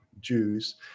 Jews